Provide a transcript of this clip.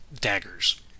daggers